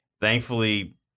thankfully